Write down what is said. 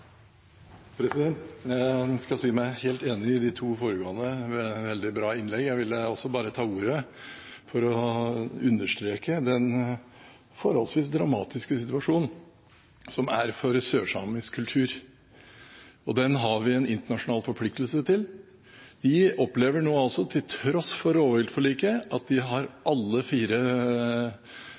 Jeg skal si meg helt enig i de to foregående innleggene, som var veldig bra. Jeg ville også ta ordet for å understreke den forholdsvis dramatiske situasjonen for sørsamisk kultur, som vi har en internasjonal forpliktelse overfor. De opplever nå at de til tross for rovviltforliket har alle fire store rovviltarter inne i sitt område. De